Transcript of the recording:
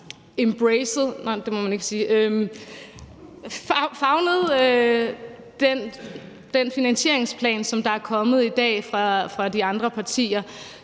favnet den finansieringsplan, som der er kommet i dag fra de andre partier.